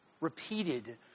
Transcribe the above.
repeated